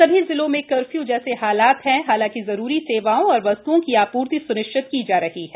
सभी जिलों में कर्फ्यू जैसे हालात हैं हालांकि जरूरी सेवाओं और वस्तुओं की आप्र्ति सुनिश्चित की जा रही है